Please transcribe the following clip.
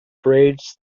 parades